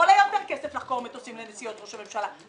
עולה יותר כסף לחכור מטוסים לנסיעות ראש הממשלה,